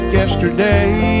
yesterday